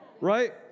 right